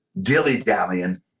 dilly-dallying